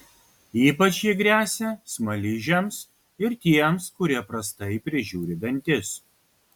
ypač ji gresia smaližiams ir tiems kurie prastai prižiūri dantis